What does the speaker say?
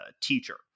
teacher